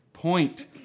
Point